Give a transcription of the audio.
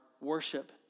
worship